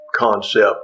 concept